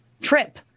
trip